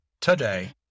today